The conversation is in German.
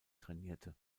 trainierte